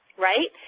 right?